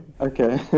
okay